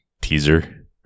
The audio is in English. teaser